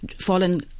fallen